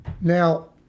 Now